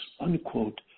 unquote